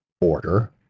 order